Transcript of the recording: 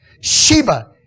Sheba